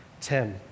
Tim